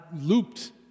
looped